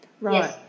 right